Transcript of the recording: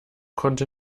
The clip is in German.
konnte